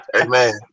Amen